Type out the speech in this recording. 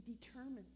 determined